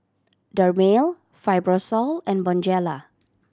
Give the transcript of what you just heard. Dermale Fibrosol and Bonjela